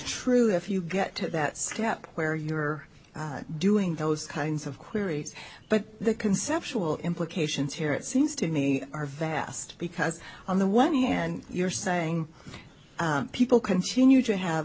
true if you get that step where you're doing those kinds of queries but the conceptual implications here it seems to me are vast because on the one hand you're saying people continue to have